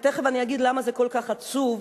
ותיכף אני אגיד למה זה כל כך עצוב,